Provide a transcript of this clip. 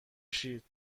شید